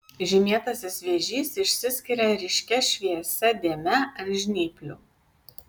žymėtasis vėžys išsiskiria ryškia šviesia dėme ant žnyplių